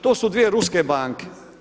To su dvije ruske banke.